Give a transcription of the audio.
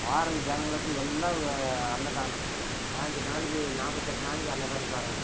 வார ஜனங்களுக்கு எல்லாம் அன்னதானம் பாஞ்சி நாளைக்கு நாப்பத்தெட்டு நாளைக்கு அன்னதானம் தராங்க